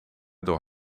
door